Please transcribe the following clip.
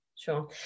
Sure